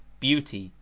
beauty,